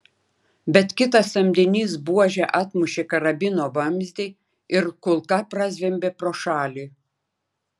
bet kitas samdinys buože atmušė karabino vamzdį ir kulka prazvimbė pro šalį